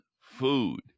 food